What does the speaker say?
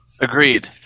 Agreed